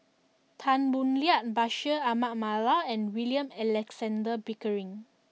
Tan Boo Liat Bashir Ahmad Mallal and William Alexander Pickering